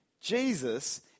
Jesus